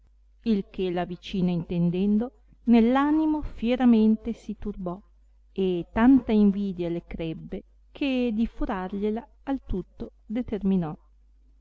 che la vicina intendendo nell animo fieramente si turbò e tanta invidia le crebbe che di furargliela al tutto determinò